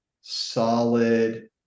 solid